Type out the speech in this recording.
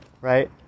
right